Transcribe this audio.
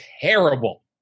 Terrible